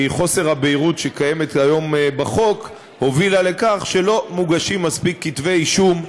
כי חוסר הבהירות בחוק כיום הוביל לכך שלא מוגשים מספיק כתבי אישום,